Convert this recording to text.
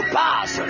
pass